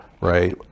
right